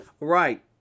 Right